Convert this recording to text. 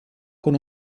con